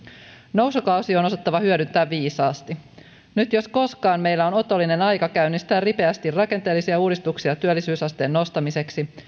nousukausi on osattava hyödyntää viisaasti nyt jos koskaan meillä on otollinen aika käynnistää ripeästi rakenteellisia uudistuksia työllisyysasteen nostamiseksi